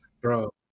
Bro